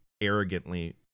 arrogantly